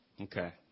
Okay